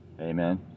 amen